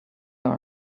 all